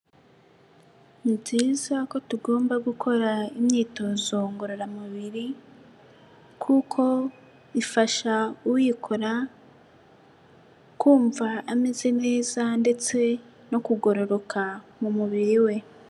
Ni byiza ko tugomba gukora imyitozo ngororamubiri, kuko ifasha uyikora kumva ameze neza ndetse no kugororoka mu mubiri we.